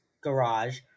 garage